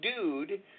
dude